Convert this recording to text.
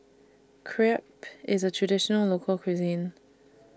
Crepe IS A Traditional Local Cuisine